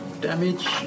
damage